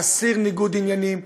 להסיר ניגוד עניינים,